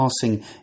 passing